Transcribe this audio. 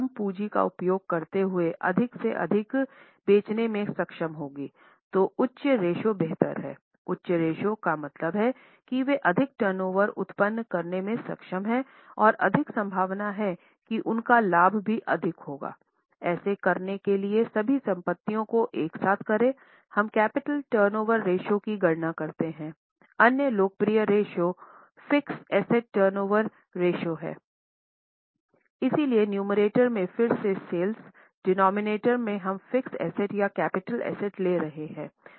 फिर से sales denominator में हम फ़िक्स एसेट या कैपिटल एसेट ले रहे हैं